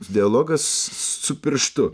dialogas su pirštu